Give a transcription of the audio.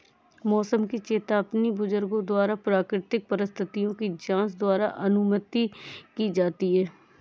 मौसम की चेतावनी बुजुर्गों द्वारा प्राकृतिक परिस्थिति की जांच द्वारा अनुमानित की जाती थी